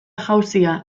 jauzia